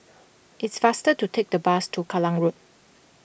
it's faster to take the bus to Kallang Road